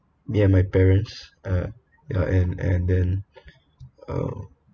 me and my parents uh ya and and then uh